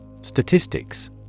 Statistics